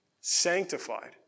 sanctified